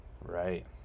Right